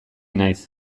naiz